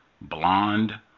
blonde